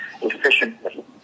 efficiently